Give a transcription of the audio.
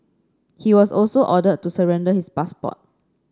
he was also ordered to surrender his passport